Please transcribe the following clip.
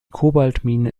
kobaltmine